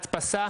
הדפסה.